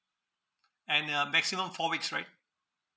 and uh maximum four weeks right